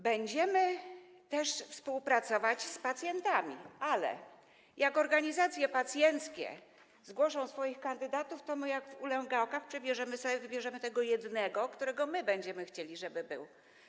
Będziemy też współpracować z pacjentami, ale jak organizacje pacjenckie zgłoszą swoich kandydatów, to my tak jak w ulęgałkach przebierzemy ich sobie, wybierzemy tego jednego, którego my będziemy chcieli, żeby był.